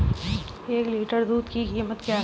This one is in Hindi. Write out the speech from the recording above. एक लीटर दूध की कीमत क्या है?